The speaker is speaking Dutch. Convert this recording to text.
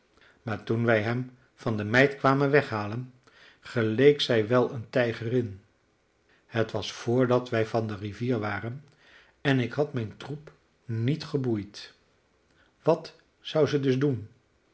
maar toen wij hem van de meid kwamen weghalen geleek zij wel eene tijgerin het was vrdat wij van de rivier waren en ik had mijn troep niet geboeid wat zou ze dus doen